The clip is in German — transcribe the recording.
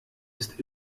ist